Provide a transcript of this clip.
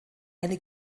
eine